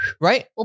Right